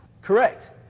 Correct